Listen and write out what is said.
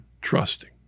trusting